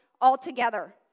altogether